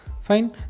fine